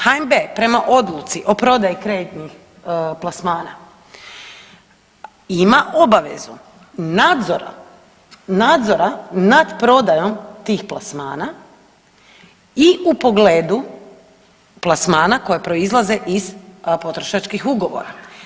HNB prema odluci o prodaji kreditnih plasmana ima obavezu nadzora, nadzora nad prodajom tih plasmana i u pogledu plasmana koje proizlaze iz potrošačkih ugovora.